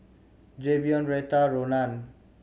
Jayvion Retta Ronan